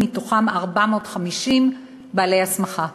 מתוכם 450 בעלי הסמכה.